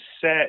set